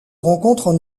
rencontrent